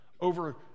over